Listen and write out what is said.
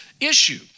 issue